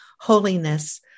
holiness